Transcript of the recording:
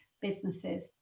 businesses